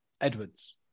Edwards